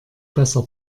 besser